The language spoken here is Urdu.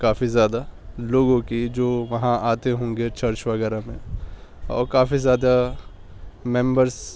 کافی زیادہ لوگوں کی جو وہاں آتے ہوں گے چرچ وغیرہ میں اور کافی زیادہ ممبرس